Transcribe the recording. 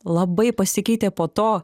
labai pasikeitė po to